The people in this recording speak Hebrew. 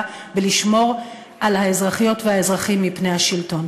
בלשמור על האזרחיות והאזרחים מפני השלטון.